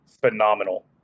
phenomenal